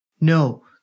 No